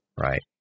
right